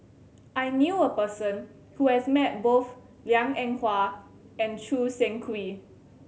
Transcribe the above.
I knew a person who has met both Liang Eng Hwa and Choo Seng Quee